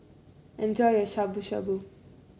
enjoy your Shabu Shabu